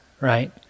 right